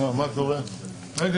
תראה מה קורה ברשות שדות התעופה,